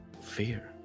Fear